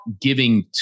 giving